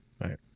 right